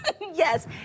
Yes